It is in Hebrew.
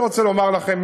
אני רוצה לומר לכם,